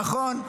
--- נכון,